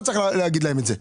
אתה צריך לומר להם את זה.